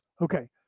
Okay